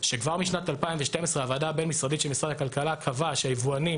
שכבר משנת 2012 הוועדה הבין-משרדית של משרד הכלכלה קבעה שהיבואנים,